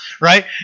right